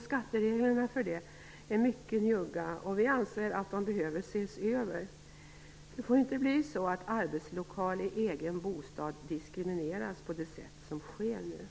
Skattereglerna för detta är mycket njugga, och vi anser att de bör ses över. Det får inte vara så att arbetslokal i egen bostad diskrimineras på det sätt som sker nu.